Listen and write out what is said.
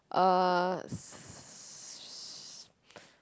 uh s~